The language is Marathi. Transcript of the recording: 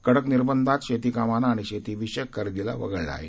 कडक निर्बंधांत शेती कामांना आणि शेती विषयक खरेदीला वगळलं आहे